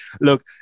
look